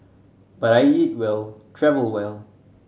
but I eat well travel well